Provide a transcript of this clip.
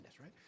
right